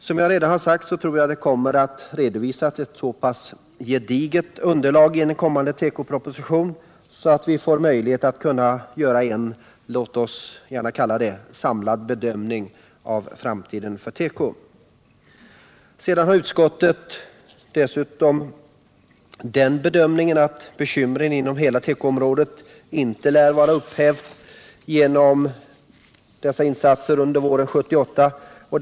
Som jag redan har sagt tror jag att det i den kommande tekopropositionen kommer att redovisas ett så pass gediget underlag, att vi får möjlighet att göra en — låt oss kalla den så — samlad bedömning av framtiden för teko. Sedan har utskottet dessutom den bedömningen att bekymren inom hela tekoområdet inte lär vara upphävda genom dessa insatser under våren 1978.